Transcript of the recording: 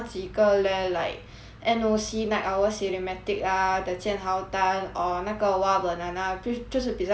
N_O_C night owl cinematic lah the jianhao tan or 那个 Wahbanana 比就是比较搞笑类的 then like